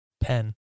Pen